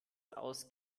aus